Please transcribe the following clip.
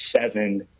seven